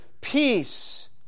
peace